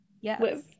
Yes